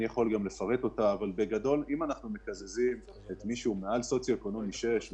אם אנחנו מקזזים את מי שהוא מעל סוציו אקונומי שש,